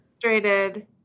Frustrated